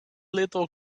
little